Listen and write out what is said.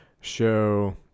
show